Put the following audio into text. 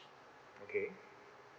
okay